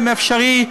אם אפשרי,